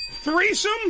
Threesome